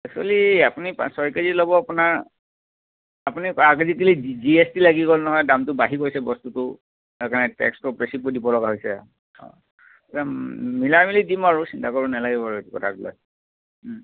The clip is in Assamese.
এক্সুৱেলী আপুনি পাঁচ ছয় কেজি ল'ব আপোনাৰ আপুনি আজিকালি জি জি এছ টি লাগি গ'ল নহয় দামটো বাঢ়ি গৈছে বস্তুটোৰ সেইকাৰণে টেক্সটো বেছিকৈ দিব লগা হৈছে অঁ মিলাই মিলি দিম বাৰু চিন্তা কৰিব নালাগে বাৰু সেইটো কথাক লৈ